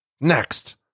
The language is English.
Next